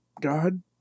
God